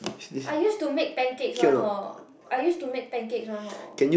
I used to make pancakes one hor I used to make pancakes one hor